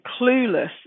clueless